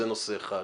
זה נושא אחד.